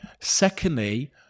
Secondly